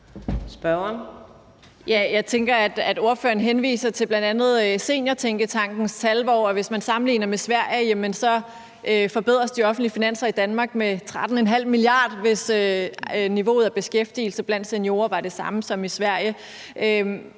Jeg tænker, at ordføreren henviser til bl.a. Seniortænketankens tal, som viser, at sammenlignet med Sverige ville de offentlige finanser i Danmark forbedres med 13,5 mia. kr., hvis niveauet af beskæftigelse blandt seniorer var det samme som i Sverige.